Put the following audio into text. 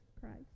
Christ